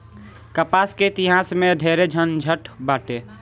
कपास के इतिहास में ढेरे झनझट बाटे